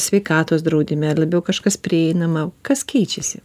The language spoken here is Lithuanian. sveikatos draudime labiau kažkas prieinama kas keičiasi